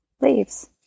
leaves